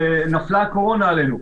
נפלה קורונה עלינו,